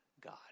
God